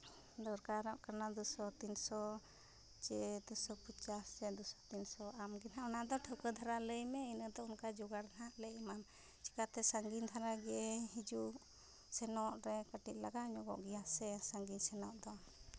ᱫᱚᱨᱠᱟᱨᱚᱜ ᱠᱟᱱᱟ ᱫᱩᱥᱚ ᱛᱤᱱ ᱥᱚ ᱪᱮ ᱫᱩ ᱥᱚ ᱯᱚᱪᱟᱥ ᱥᱮ ᱫᱩ ᱥᱚ ᱛᱤᱱ ᱥᱚ ᱟᱢᱜᱮ ᱱᱟᱜ ᱚᱱᱟᱫᱚ ᱴᱷᱟᱹᱣᱠᱟᱹ ᱫᱷᱟᱨᱟ ᱞᱟᱹᱭ ᱢᱮ ᱤᱱᱟᱹ ᱫᱚ ᱚᱱᱠᱟ ᱡᱚᱜᱟᱲ ᱦᱟᱸᱜ ᱞᱮ ᱮᱢᱟᱢᱟ ᱪᱤᱠᱟᱹᱛᱮ ᱥᱟᱺᱜᱤᱧ ᱫᱷᱟᱨᱟᱜᱮ ᱦᱤᱡᱩᱜ ᱥᱮᱱᱚᱜ ᱨᱮ ᱠᱟᱹᱴᱤᱡᱽ ᱞᱟᱜᱟᱣ ᱧᱚᱜᱚᱜ ᱜᱮᱭᱟ ᱥᱮ ᱥᱟᱺᱜᱤᱧ ᱥᱮᱱᱚᱜ ᱫᱚ